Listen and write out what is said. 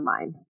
mind